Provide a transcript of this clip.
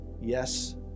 yes